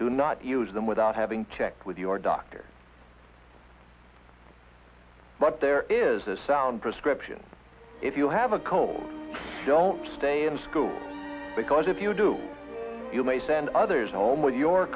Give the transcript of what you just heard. do not use them without having to check with your doctor but there is a sound prescription if you have a cold don't stay in school because if you do you may send others home with your